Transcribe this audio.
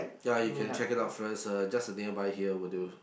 ya you can check it out first uh just the nearby here will do